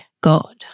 god